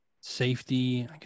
safety